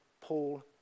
Paul